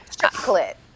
Chocolate